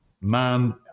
man